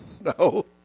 No